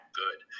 good